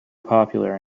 popular